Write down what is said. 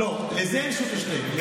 לא, לזה אין שוטנשטיין.